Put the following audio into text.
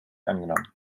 angenommen